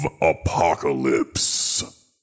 apocalypse